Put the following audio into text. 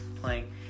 playing